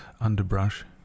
underbrush